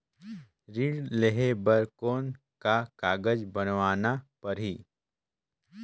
ऋण लेहे बर कौन का कागज बनवाना परही?